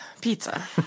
Pizza